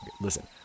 Listen